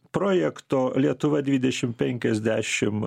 projekto lietuva dvidešim penkiasdešim